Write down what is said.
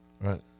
Right